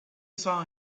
saw